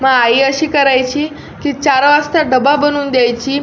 मग आई अशी करायची की चार वासता डबा बनून द्यायची